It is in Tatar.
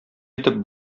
итеп